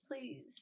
please